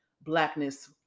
Blackness